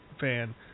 fan